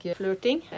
flirting